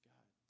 God